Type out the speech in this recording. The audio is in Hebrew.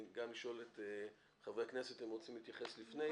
גם לשאול את חברי הכנסת אם הם רוצים להתייחס לפני.